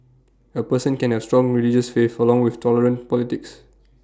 A person can have strong religious faith for long with tolerant politics